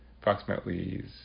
approximately